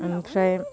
ओमफ्राय